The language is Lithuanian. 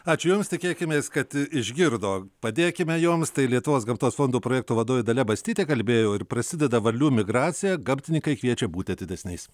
ačiū jums tikėkimės kad išgirdo padėkime joms tai lietuvos gamtos fondų projektų vadovė dalia bastytė kalbėjo ir prasideda varlių migracija gamtininkai kviečia būti atidesniais